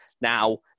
Now